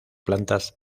plantas